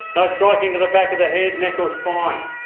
no striking to the back of the head, neck or spine.